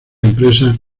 empresas